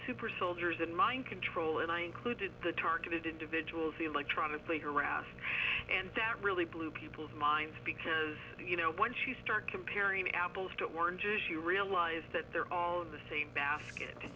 super soldiers in mind control and i included the targeted individuals electronically harassed and that really blew people's minds because you know when she starts comparing apples to oranges you realize that they're all on the same basket